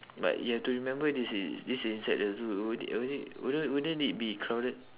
but you have to remember this is this is inside the zoo would it would it wou~ wouldn't it be crowded